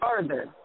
further